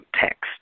text